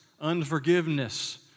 unforgiveness